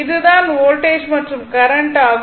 இது தான் வோல்டேஜ் மற்றும் கரண்ட் ஆகும்